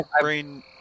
brain